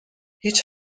هیچ